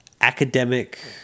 academic